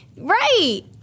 Right